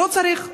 לא צריך,